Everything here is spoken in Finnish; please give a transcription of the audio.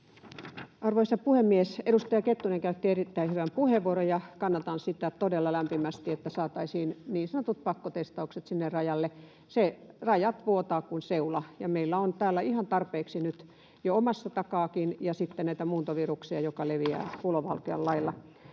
Arvoisa puhemies! Edustaja Kettunen käytti erittäin hyvän puheenvuoron, ja kannatan todella lämpimästi sitä, että saataisiin niin sanotut pakkotestaukset sinne rajalle. Rajat vuotavat kuin seula, ja meillä on täällä ihan tarpeeksi tautia nyt jo omasta takaakin ja sitten näitä muuntoviruksia, jotka leviävät kulovalkean lailla.